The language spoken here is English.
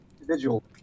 individual